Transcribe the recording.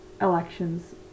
elections